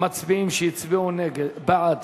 מצביעים שהצביעו בעד.